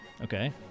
Okay